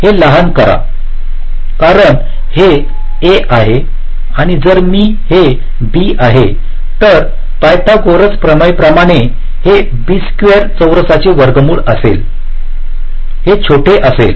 हे लहान करा कारण हे a आहे आणि जर हे b आहे तर पायथोरॉस प्रमेय प्रमाणे हे b स्क्वेअर चौरसचे वर्गमूल असेल हे छोटे असेल